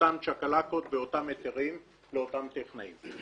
אותן צ'קלקות ואותן היתרים לאותם טכנאים.